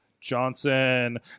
Johnson